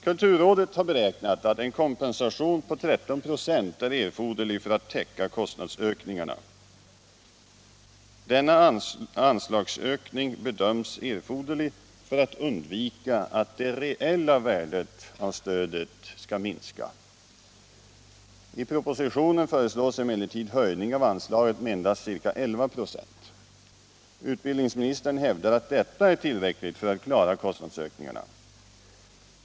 Kulturrådet har beräknat att en kompensation på 13 96 är erforderlig för att täcka kostnadsökningarna. Denna anslagsökning bedöms erforderlig för att undvika att det reella värdet av stödet minskar. I propositionen föreslås emellertid höjning av anslagen med endast ca 11 96. Utbildningsministern hävdar att detta är tillräckligt för att klara kostnadsökningarna.